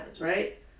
right